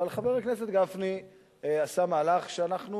אבל חבר הכנסת גפני עשה מהלך שאנחנו